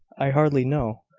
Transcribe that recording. i hardly know.